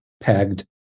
pegged